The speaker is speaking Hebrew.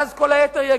ואז כל היתר יגידו: